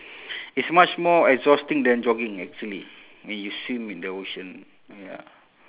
it's much more exhausting than jogging actually when you swim in the ocean ya